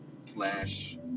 slash